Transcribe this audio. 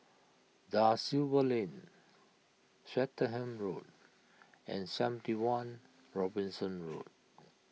Da Silva Lane Swettenham Road and seventy one Robinson Road